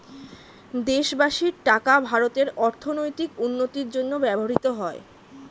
দেশবাসীর টাকা ভারতের অর্থনৈতিক উন্নতির জন্য ব্যবহৃত হয়